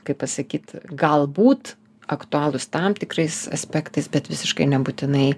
kaip pasakyt galbūt aktualūs tam tikrais aspektais bet visiškai nebūtinai